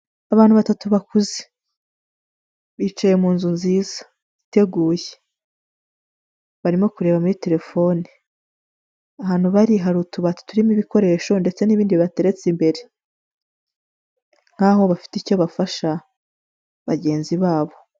Abantu batatu bakuze. Bicaye mu nzu nziza iteguye. Barimo kureba muri telefone. Ahantu bari hari utubati turimo ibikoresho ndetse n'ibindi bibateretse imbere nk'aho bafite icyo bafasha bagenzi babo.